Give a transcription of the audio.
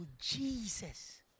Jesus